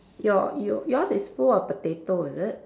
your your your's is full of potato is it